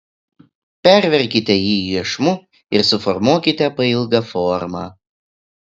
perverkite jį iešmu ir suformuokite pailgą formą